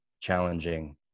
challenging